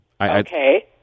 Okay